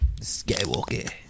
Skywalker